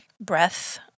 breath